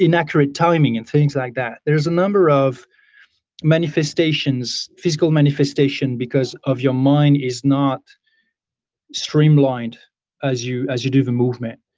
inaccurate timing and things like that there's a number of manifestations, physical manifestation because of your mind is not streamlined as you as you do the movement.